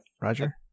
Roger